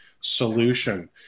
solution